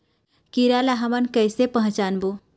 कीरा ला हमन कइसे पहचानबो?